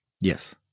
yes